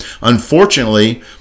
Unfortunately